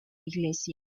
iglesia